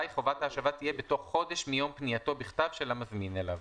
חובת ההשבה תהיה בתוך חודש מיום פנייתו בכתב של המזמין אליו,